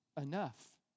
enough